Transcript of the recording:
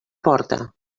porta